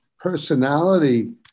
personality